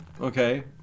okay